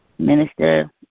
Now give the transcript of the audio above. minister